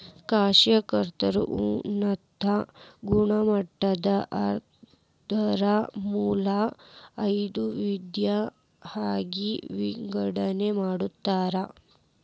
cashmere ಉಣ್ಣೆನ ಗುಣಮಟ್ಟದ ಆಧಾರದ ಮ್ಯಾಲ ಐದ ವಿಧಾ ಆಗಿ ವಿಂಗಡನೆ ಮಾಡ್ಯಾರ